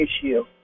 issue